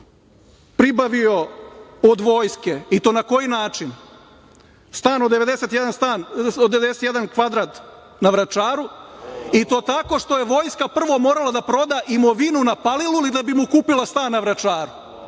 i to tako što je vojska prvo morala da proda imovinu na Paliluli da bi mu kupila stan na Vračaru,